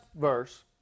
verse